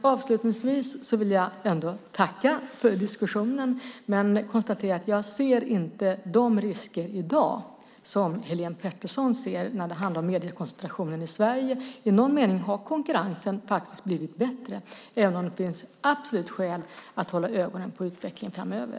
Avslutningsvis vill jag tacka för diskussionen men konstatera att jag i dag inte ser de risker som Helene Petersson ser när det handlar om mediekoncentrationen i Sverige. I någon mening har konkurrensen faktiskt blivit bättre, även om det absolut finns skäl att hålla ögonen på utvecklingen framöver.